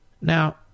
Now